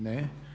Ne.